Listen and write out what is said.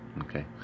okay